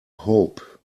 hope